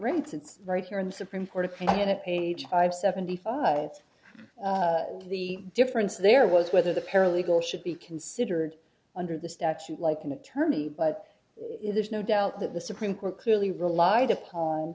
rates it's right here in the supreme court opinion of page five seventy five the difference there was whether the paralegal should be considered under the statute like an attorney but there's no doubt that the supreme court clearly relied upon